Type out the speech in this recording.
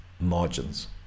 margins